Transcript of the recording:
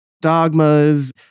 dogmas